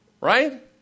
right